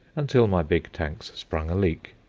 until my big tanks sprung a leak.